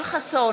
יואל חסון,